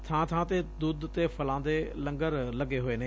ਥਾਂ ਥਾਂ ਤੇ ਦੁੱਧ ਤੇ ਫਲਾਂ ਦੇ ਲੰਗਰ ਲੱਗੇ ਹੋਏ ਨੇ